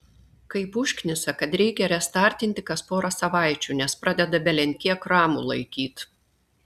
kaip užknisa kad reikia restartinti kas porą savaičių nes pradeda belenkiek ramų laikyt